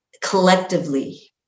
Collectively